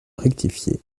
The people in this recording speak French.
rectifié